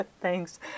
Thanks